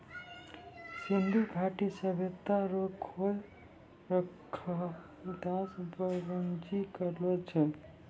सिन्धु घाटी सभ्यता रो खोज रखालदास बनरजी करलो छै